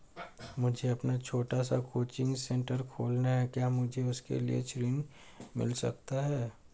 मुझे अपना छोटा सा कोचिंग सेंटर खोलना है क्या मुझे उसके लिए ऋण मिल सकता है?